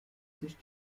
sich